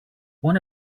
one